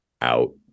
out